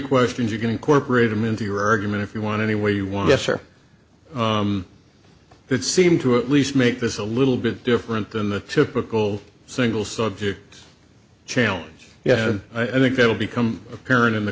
questions you can incorporate them into your argument if you want any way you want yes or would seem to at least make this a little bit different than the typical single subject challenge yeah i think that will become apparent in the